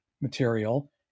material